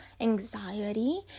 anxiety